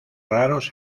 raros